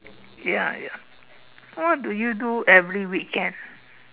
ya ya what do you do every weekend